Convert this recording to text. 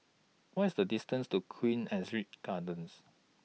What IS The distance to Queen Astrid Gardens